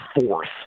fourth